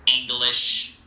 English